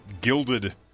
gilded